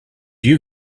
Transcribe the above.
you